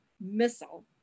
missile